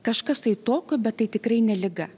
kažkas tai tokio bet tai tikrai ne liga